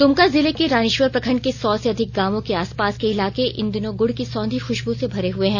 दुमका जिले के रानीश्वर प्रखंड के सौ से अधिक गांवों के आसपास के इलाके इन दिनों गुड़ की सौंधी खुशबू से भरे हए हैं